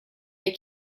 les